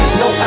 no